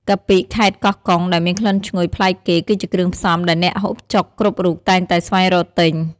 កាពិខេត្តកោះកុងដែលមានក្លិនឈ្ងុយប្លែកគេ គឺជាគ្រឿងផ្សំដែលអ្នកហូបចុកគ្រប់រូបតែងតែស្វែងរកទិញ។